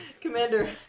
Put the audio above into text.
Commander